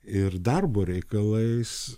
ir darbo reikalais